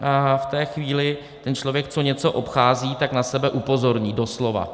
A v té chvíli ten člověk, co něco obchází, tak na sebe upozorní, doslova.